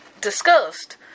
discussed